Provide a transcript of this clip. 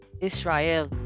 israel